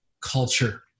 culture